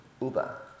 Uber